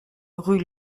rue